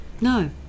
no